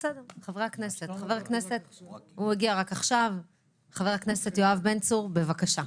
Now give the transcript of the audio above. חבר הכנסת יואב בן צור, בבקשה.